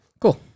Cool